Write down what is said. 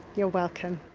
you're welcome.